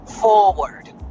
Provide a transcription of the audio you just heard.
forward